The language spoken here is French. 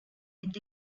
est